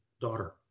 daughter